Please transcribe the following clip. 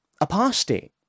Apostate